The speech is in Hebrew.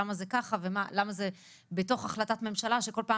למה זה ככה ולמה זה בתוך החלטת ממשלה שכל פעם